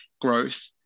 growth